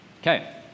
Okay